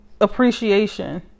appreciation